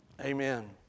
Amen